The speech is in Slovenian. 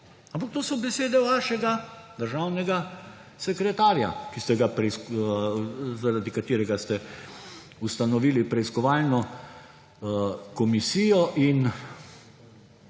to so besede vašega državnega sekretarja, zaradi katerega ste ustanovili preiskovalno komisijo.